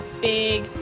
big